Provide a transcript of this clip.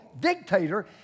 dictator